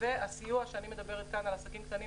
והסיוע שאני מדברת כאן על עסקים קטנים